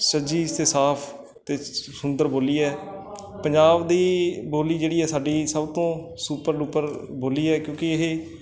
ਸੁਚੱਜੀ ਅਤੇ ਸਾਫ ਅਤੇ ਸੁੰਦਰ ਬੋਲੀ ਹੈ ਪੰਜਾਬ ਦੀ ਬੋਲੀ ਜਿਹੜੀ ਹੈ ਸਾਡੀ ਸਭ ਤੋਂ ਸੁਪਰ ਡੁਪਰ ਬੋਲੀ ਹੈ ਕਿਉਂਕਿ ਇਹ